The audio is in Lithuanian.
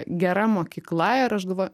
gera mokykla ir aš dabar